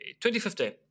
2015